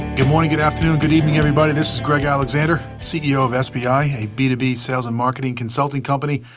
good morning, good afternoon, good evening everybody. this is greg alexander, ceo of sbi, a b two b sales and marketing consulting company,